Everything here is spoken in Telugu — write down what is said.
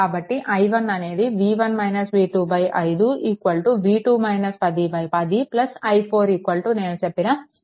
కాబట్టి i1 అనేది 5 10 i4 నేను చెప్పిన v2 5